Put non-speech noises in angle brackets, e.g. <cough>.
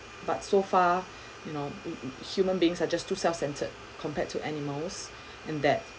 but so far <breath> you know human beings are just too self centered compared to animals <breath> and that